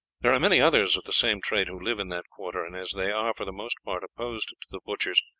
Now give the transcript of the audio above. there are many others of the same trade who live in that quarter, and as they are for the most part opposed to the butchers,